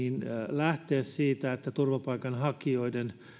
lähteä siitä että turvapaikanhakijoiden